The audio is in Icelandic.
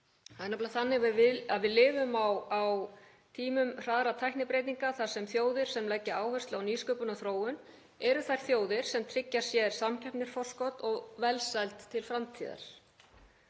lifum nefnilega á tímum hraðra tæknibreytinga þar sem þjóðir sem leggja áherslu á nýsköpun og þróun eru þær þjóðir sem tryggja sér samkeppnisforskot og velsæld til framtíðar.